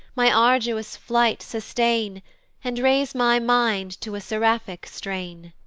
my arduous flight sustain and raise my mind to a seraphic strain!